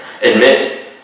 Admit